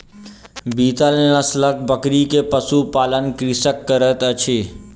बीतल नस्लक बकरी के पशु पालन कृषक करैत अछि